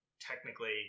technically